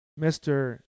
Mr